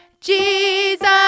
Jesus